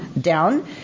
down